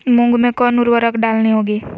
मूंग में कौन उर्वरक डालनी होगी?